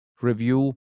review